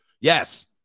Yes